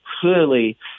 clearly